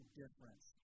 difference